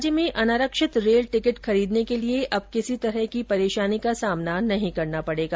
राज्य में अनारक्षित रेल टिकट खरीदने के लिए अब किसी तरह की परेषानी का सामना नहीं करना पडेगा